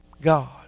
God